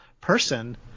person